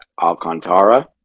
Alcantara